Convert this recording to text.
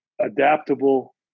adaptable